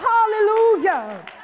Hallelujah